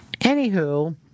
Anywho